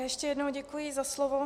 Ještě jednou děkuji za slovo.